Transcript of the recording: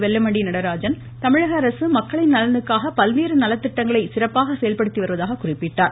வெல்லமண்டி நடராஜன் தமிழக அரசு மக்களின் நலனுக்காக பல்வேறு நலத்திட்டங்களை சிறப்பாக செயல்படுத்தி வருவதாக குறிப்பிட்டார்